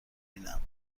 بینم